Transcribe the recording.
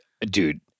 Dude